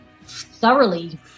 thoroughly